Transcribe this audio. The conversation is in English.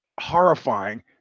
horrifying